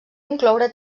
incloure